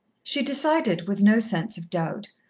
she decided, with no sense of doubt,